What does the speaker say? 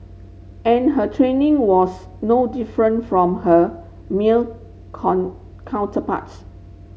and her training was no different from her meal counterparts